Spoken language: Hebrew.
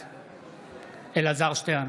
בעד אלעזר שטרן,